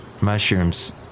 mushrooms